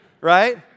right